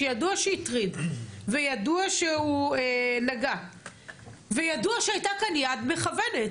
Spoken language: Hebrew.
שידוע שהטריד וידוע שהוא נגע וידוע שהייתה כאן יד מכוונת,